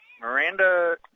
Miranda